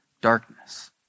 darkness